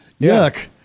yuck